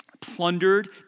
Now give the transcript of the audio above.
Plundered